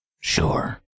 Sure